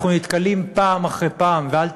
אנחנו נתקלים פעם אחרי פעם, ואל תטעו,